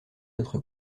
notre